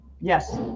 yes